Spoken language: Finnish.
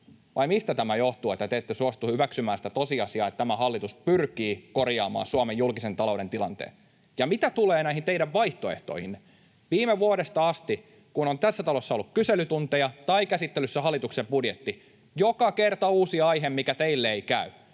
vai mistä tämä johtuu, että te ette suostu hyväksymään sitä tosiasiaa, että tämä hallitus pyrkii korjaamaan Suomen julkisen talouden tilanteen? Ja mitä tulee näihin teidän vaihtoehtoihinne: Viime vuodesta asti, silloin kun on tässä talossa ollut kyselytunteja tai käsittelyssä hallituksen budjetti, on ollut joka kerta uusi aihe, mikä teille ei käy.